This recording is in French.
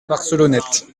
barcelonnette